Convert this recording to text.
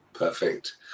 Perfect